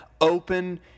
open